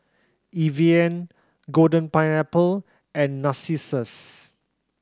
Evian Golden Pineapple and Narcissus